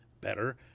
better